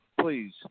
please